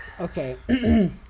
Okay